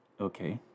Okay